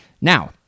Now